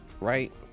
right